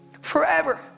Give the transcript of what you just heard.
Forever